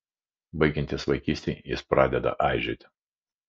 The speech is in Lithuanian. baigiantis vaikystei jis pradeda aižėti